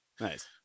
nice